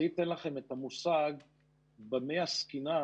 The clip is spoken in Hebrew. זה ייתן לכם את המושג במה עסקינן